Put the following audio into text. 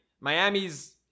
Miami's